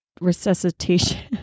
resuscitation